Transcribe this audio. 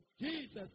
Jesus